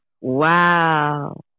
Wow